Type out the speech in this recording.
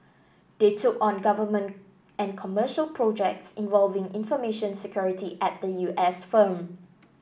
they took on government and commercial projects involving information security at the U S firm